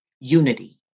unity